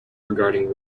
regarding